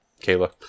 Kayla